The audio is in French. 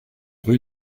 rue